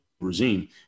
regime